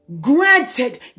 Granted